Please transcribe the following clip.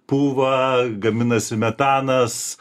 pūva gaminasi metanas